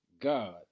God